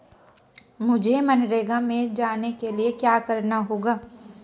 मुझे मनरेगा में जाने के लिए क्या करना होगा?